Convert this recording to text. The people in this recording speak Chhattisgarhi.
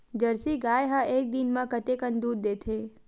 जर्सी गाय ह एक दिन म कतेकन दूध देथे?